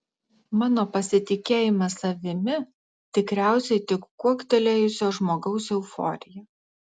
mano pasitikėjimas savimi tikriausiai tik kuoktelėjusio žmogaus euforija